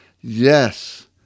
Yes